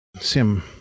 sim